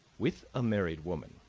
with a married woman,